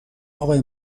آقای